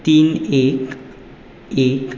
तीन एक एक